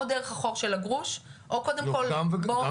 או דרך החוק של הגרוש או קודם כל --- גם וגם,